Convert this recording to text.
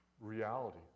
Reality